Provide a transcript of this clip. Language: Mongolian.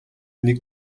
нэг